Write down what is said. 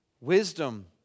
Wisdom